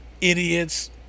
Idiots